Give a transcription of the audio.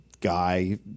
guy